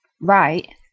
right